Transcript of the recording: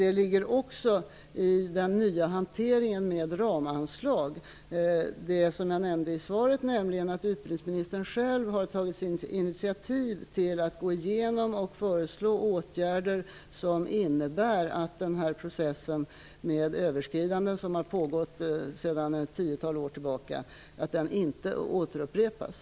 Det ligger också i den nya hanteringen med ramanslag, som jag nämnde i svaret, att utbildningsministern själv har tagit initiativ till att gå igenom och föreslå åtgärder som innebär att processen med överskridanden, som har pågått sedan ett tiotal år, inte återupprepas.